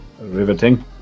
riveting